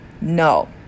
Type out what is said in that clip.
No